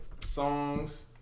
songs